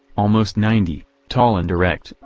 almost ninety, tall and erect,